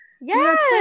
Yes